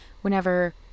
Whenever